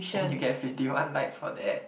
and you get fifty one likes for that